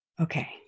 Okay